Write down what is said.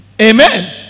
Amen